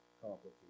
complicated